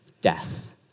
death